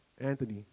Anthony